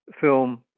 film